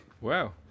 Wow